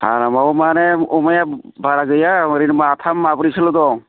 फार्माव माने अमाया बारा गैया ओरैनो माथाम माब्रैसोल' दं